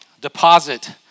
deposit